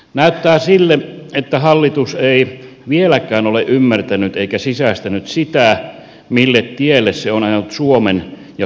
näyttää sille että hallitus ei vieläkään ole ymmärtänyt eikä sisäistänyt sitä mille tielle se on ajanut suomen ja suomen kansan